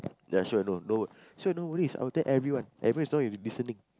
ya sure no no sure no worries I will tell you every one every one as long as you listening